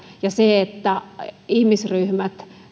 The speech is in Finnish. ja sillä että ihmisryhmät